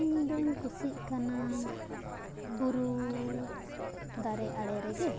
ᱤᱧ ᱫᱩᱧ ᱠᱩᱥᱤᱜ ᱠᱟᱱᱟ ᱵᱩᱨᱩ ᱫᱟᱨᱮ ᱟᱲᱮ ᱨᱮᱜᱮ